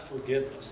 forgiveness